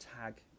tag